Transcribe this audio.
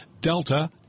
Delta